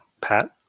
pat